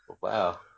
Wow